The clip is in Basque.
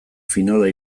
finala